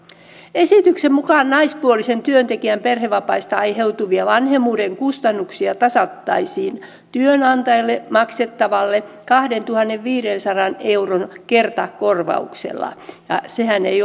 esityksen mukaan naispuolisen työntekijän perhevapaista aiheutuvia vanhemmuuden kustannuksia tasattaisiin työnantajalle maksettavalla kahdentuhannenviidensadan euron kertakorvauksella ja sehän ei